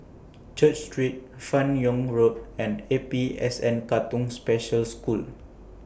Church Street fan Yoong Road and A P S N Katong Special School